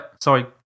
sorry